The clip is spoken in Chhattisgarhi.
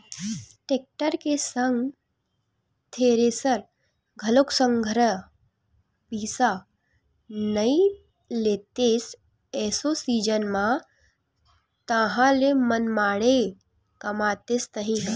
टेक्टर के संग थेरेसर घलोक संघरा बिसा नइ लेतेस एसो सीजन म ताहले मनमाड़े कमातेस तही ह